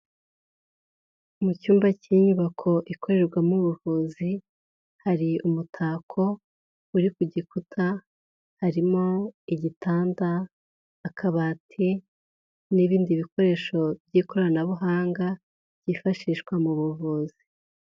Mu cyumba cy'inyubako ikorerwamo ubuvuzi, hari umutako uri ku gikuta, harimo igitanda, akabati n'ibindi bikoresho by'ikoranabuhanga byifashishwa mu buvuzi.